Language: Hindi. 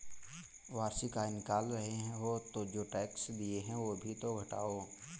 वार्षिक आय निकाल रहे हो तो जो टैक्स दिए हैं वो भी तो घटाओ